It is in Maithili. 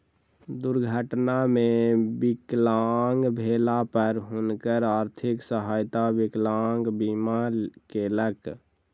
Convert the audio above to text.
दुर्घटना मे विकलांग भेला पर हुनकर आर्थिक सहायता विकलांग बीमा केलक